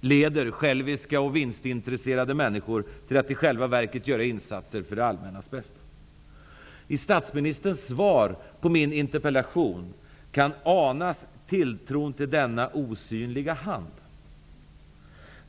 leder själviska och vinstintresserade människor till att i själva verket göra insatser för det allmännas bästa. I statsministerns svar på min interpellation kan tilltron till denna osynliga hand anas.